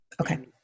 Okay